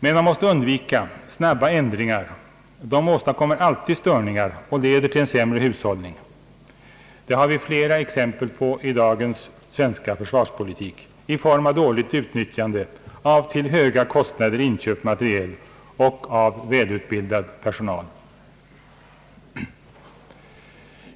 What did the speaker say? Man måste emellertid undvika snabba ändringar — de åstadkommer alltid störningar och leder till en sämre hushållning. Det har vi flera exempel på i dagens svenska försvarspolitik i form av dåligt utnyttjande av till höga kostnader inköpt materiel och av välutbildad personal.